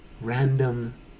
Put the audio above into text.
random